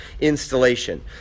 installation